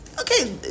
okay